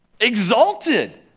Exalted